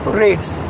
rates